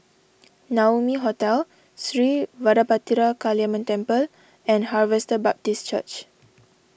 Naumi Hotel Sri Vadapathira Kaliamman Temple and Harvester Baptist Church